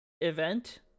event